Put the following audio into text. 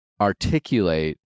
articulate